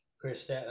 Chris